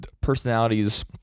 personalities